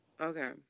Okay